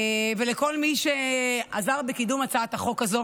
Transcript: ולכל מי שעזר בקידום הצעת החוק הזו.